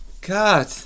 God